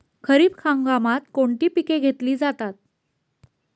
खरीप हंगामात कोणती पिके घेतली जातात?